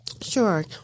Sure